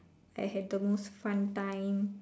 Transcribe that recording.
I had the most fun time